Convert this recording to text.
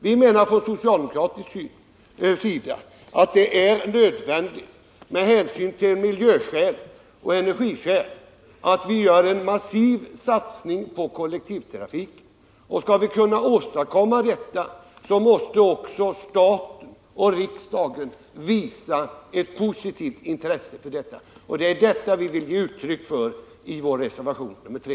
Vi menar på socialdemokratisk sida att det är nödvändigt, av miljöskäl och energiskäl, att göra en massiv satsning på kollektivtrafiken. Och skall det bli möjligt att åstadkomma en sådan satsning, då måste också riksdagen visa ett positivt intresse. Det är detta vi vill ge uttryck för i vår reservation nr 3.